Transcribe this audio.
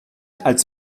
als